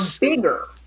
bigger